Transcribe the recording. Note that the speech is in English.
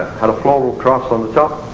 had a floral cross on the top,